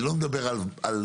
אני לא מדבר על בלת"מים,